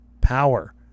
power